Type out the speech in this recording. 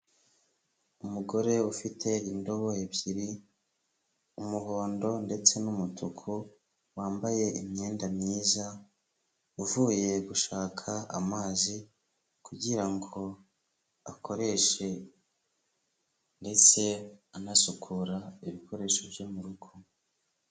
Umugore ufite indobo ebyiri, umuhondo ndetse n'umutuku, wambaye imyenda myiza, uvuye gushaka amazi, kugira ngo akoreshe ndetse anasukura ibikoresho byo mu rugo.